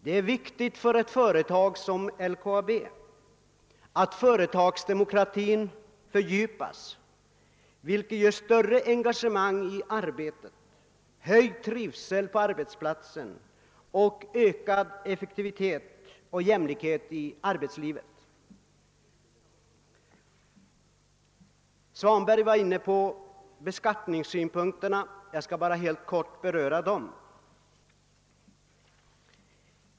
Det är viktigt för ett företag som LKAB att företagsdemokratin fördjupas, vilket medför större engagemang i arbetet, höjd trivsel på arbetsplatsen samt ökad effektivitet och jämlikhet i arbetslivet. Herr Svanberg var inne på beskattningssynpunkten. Jag skall bara helt kort beröra den.